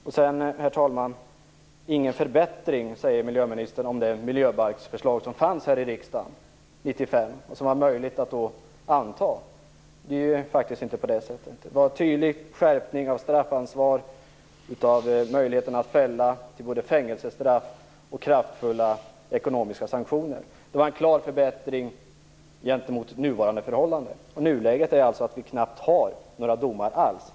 Det miljöbalksförslag som fanns 1995 och som det var möjligt att anta skulle inte ha inneburit någon förbättring, säger miljöministern. Det är faktiskt inte så. Det innebar en tydlig skärpning av straffansvaret och av möjligheten att döma till både fängelsestraff och kraftfulla ekonomiska sanktioner. Det var en klar förbättring gentemot nuvarande förhållanden. Nuläget är alltså det att det knappt fälls några domar alls.